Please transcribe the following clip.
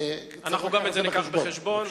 גם את זה ניקח בחשבון.